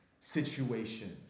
situation